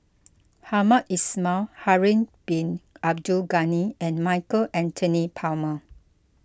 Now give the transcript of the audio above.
Hamed Ismail Harun Bin Abdul Ghani and Michael Anthony Palmer